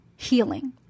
Healing